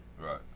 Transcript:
Right